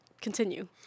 Continue